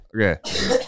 Okay